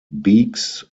beaks